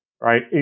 Right